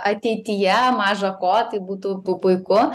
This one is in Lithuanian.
ateityje maža ko tai būtų pu puiku